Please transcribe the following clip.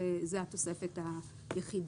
זאת התוספת היחידה.